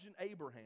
Abraham